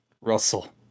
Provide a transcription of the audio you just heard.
Russell